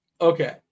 Okay